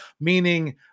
meaning